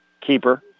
keeper